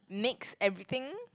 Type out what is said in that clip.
mix everything